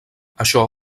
això